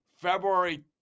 February